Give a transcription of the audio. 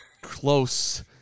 close